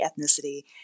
ethnicity